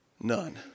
None